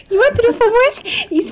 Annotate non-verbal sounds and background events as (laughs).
(laughs)